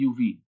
UV